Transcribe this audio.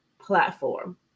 platform